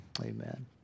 Amen